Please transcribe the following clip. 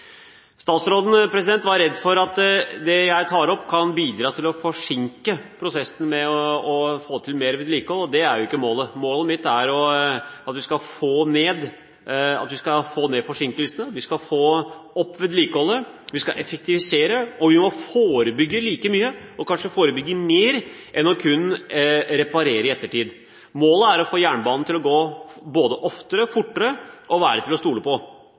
Statsråden var redd for at det jeg tar opp, kan bidra til å forsinke prosessen med å få til mer vedlikehold. Det er ikke målet. Målet mitt er at vi skal få ned forsinkelsene, at vi skal få opp vedlikeholdet, at vi skal effektivisere, og at vi må forebygge like mye og kanskje mer enn kun å reparere i ettertid. Målet er å få jernbanen til å gå både oftere og fortere, og at den er til å stole på.